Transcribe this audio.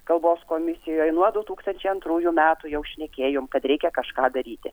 kalbos komisijoje nuo du tūkstančiai antrųjų metų jau šnekėjom kad reikia kažką daryti